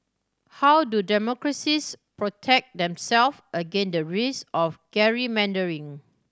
how do democracies protect themselves against the risk of gerrymandering